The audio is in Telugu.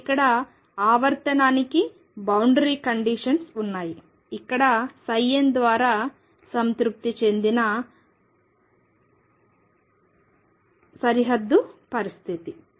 కాబట్టి ఇక్కడ ఆవర్తనానికి బౌవుండరి కండిషన్స్ ఉన్నాయి ఇక్కడ n ద్వారా సంతృప్తి చెందిన సరిహద్దు పరిస్థితి